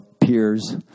peers